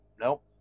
Nope